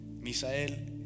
Misael